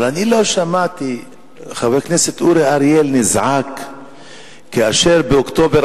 אבל אני לא שמעתי שחבר הכנסת אורי אריאל נזעק כאשר באוקטובר